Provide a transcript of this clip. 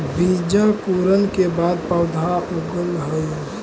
बीजांकुरण के बाद पौधा उगऽ हइ